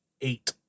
Eight